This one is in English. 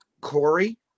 Corey